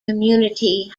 community